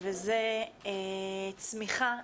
וזה צמיחה,